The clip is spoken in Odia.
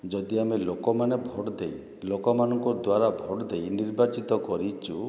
ଯଦି ଆମେ ଲୋକମାନେ ଭୋଟ୍ ଦେଇ ଲୋକମାନଙ୍କ ଦ୍ୱାରା ଭୋଟ୍ ଦେଇ ନିର୍ବାଚିତ କରିଛୁ